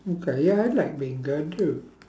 okay ya I'd like beancurd too